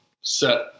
set